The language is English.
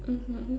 mmhmm